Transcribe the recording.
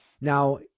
now